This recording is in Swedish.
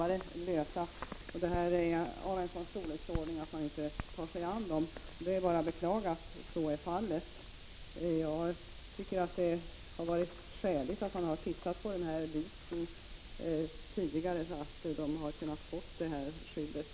Dessa spörsmål är emellertid av den storleksordningen att man inte tar sig an dem. Det är bara att beklaga att så är fallet. Jag anser att det har funnits skäl att tidigare titta på den här biten och att göra någonting, så att människor kan känna sig skyddade.